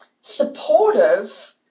supportive